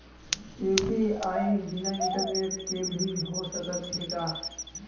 UPI बिना internet के भी हो सकत हे का?